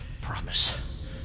promise